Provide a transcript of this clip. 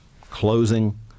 closing